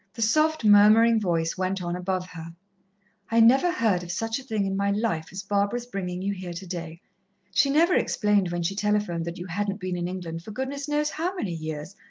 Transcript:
the soft, murmuring voice went on above her i never heard of such a thing in my life as barbara's bringing you here today she never explained when she telephoned that you hadn't been in england for goodness knows how many years,